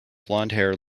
blondhair